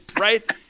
right